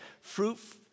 Fruit